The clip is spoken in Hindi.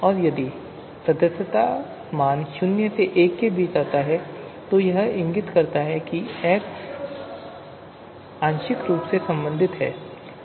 और यदि सदस्यता मान 0 और 1 के बीच है तो यह इंगित करता है कि x आंशिक रूप से से संबंधित है